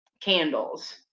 candles